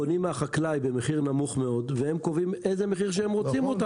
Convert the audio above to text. קונים מהחקלאי במחיר נמוך מאוד והם קובעים איזה מחיר שהם רוצים.